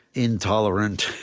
intolerant,